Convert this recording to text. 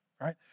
right